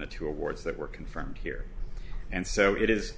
the two awards that were confirmed here and so it is